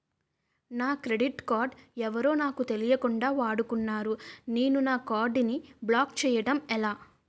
నా credit card ఎవరో నాకు తెలియకుండా వాడుకున్నారు నేను నా కార్డ్ ని బ్లాక్ చేయడం ఎలా?